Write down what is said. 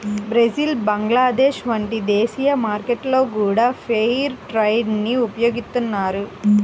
Brazil Bangladesh వంటి దేశీయ మార్కెట్లలో గూడా ఫెయిర్ ట్రేడ్ ని ఉపయోగిత్తన్నారు